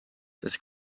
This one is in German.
das